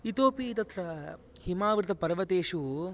इतोऽपि तत्र हिमावृतपर्वतेषु